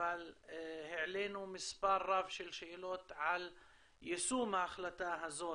אבל העלינו מספר רב של שאלות על יישום ההחלטה הזאת.